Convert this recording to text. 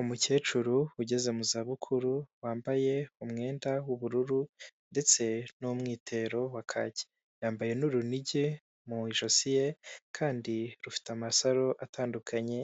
Umukecuru ugeze mu zabukuru wambaye umwenda w'ubururu ndetse n'umwitero wa kake, yambaye n'urunigi mu ijosi ye kandi rufite amasaro atandukanye,